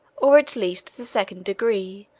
or at least the second degree,